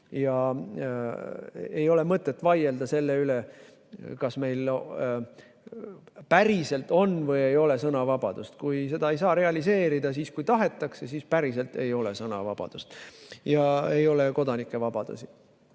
Ei ole mõtet vaielda selle üle, kas meil päriselt on või ei ole sõnavabadust. Kui seda ei saa realiseerida siis, kui tahetakse, siis päriselt ei ole sõnavabadust ega ole kodanike vabadusi.